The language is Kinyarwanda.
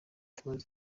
tumaze